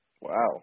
Wow